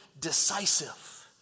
decisive